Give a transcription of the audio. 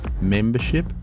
membership